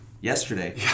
yesterday